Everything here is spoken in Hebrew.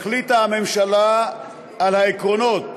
החליטה הממשלה על העקרונות